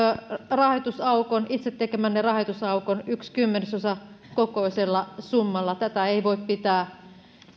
itse tekemänne rahoitusaukon yhden kymmenesosan kokoisella summalla tätä ei voi pitää